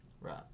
Right